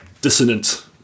dissonant